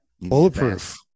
Bulletproof